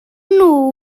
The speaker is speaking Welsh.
nhw